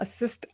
assist